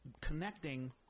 connecting